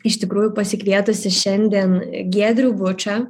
iš tikrųjų pasikvietusi šiandien giedrių bučą